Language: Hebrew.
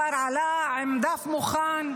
השר עלה עם דף מוכן,